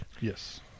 Yes